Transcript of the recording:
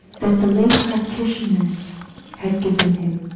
that the lay practitioners had given him.